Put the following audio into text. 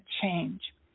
change